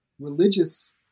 religious